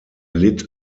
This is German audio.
litt